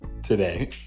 Today